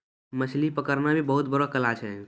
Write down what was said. मछली पकड़ना भी बहुत बड़ो कला छै